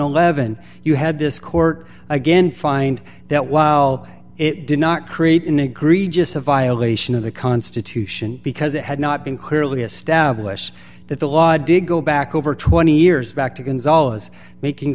eleven you had this court again find that while it did not create an egregious violation of the constitution because it had not been clearly established that the law diggle back over twenty years back to